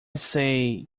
say